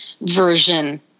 version